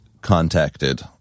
contacted